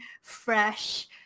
fresh